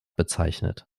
bezeichnet